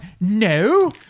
no